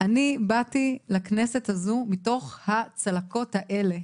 אני באתי לכנסת הזו מתוך הצלקות האלה.